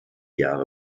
jahre